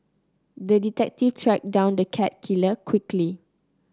the detective tracked down the cat killer quickly